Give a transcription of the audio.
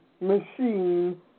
machine